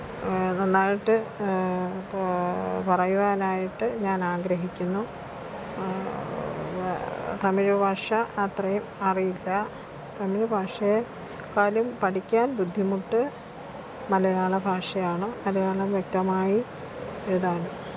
നന്നായിട്ട് പറയുവാനായിട്ട് ഞാനാഗ്രഹിക്കുന്നു തമിഴ് ഭാഷ അത്രയും അറിയില്ല തമിഴ് ഭാഷയെക്കാളും പഠിക്കാന് ബുദ്ധിമുട്ട് മലയാള ഭാഷയാണ് മലയാളം വ്യക്തമായി എഴുതാനും